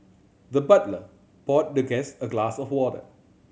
the butler poured the guest a glass of water